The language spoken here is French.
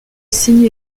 signes